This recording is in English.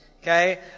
Okay